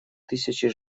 тысячи